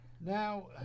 Now